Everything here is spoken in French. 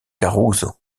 caruso